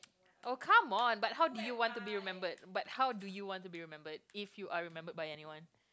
oh come on but how did you want to be remembered but how do you want to be remembered if you are remembered by anyone